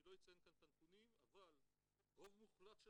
אני לא אציין כאן את הנתונים אבל רוב מוחלט של